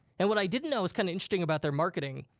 and what i didn't know is kinda interesting about their marketing,